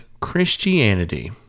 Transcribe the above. christianity